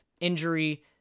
injury